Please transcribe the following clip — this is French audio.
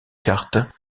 cartes